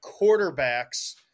quarterbacks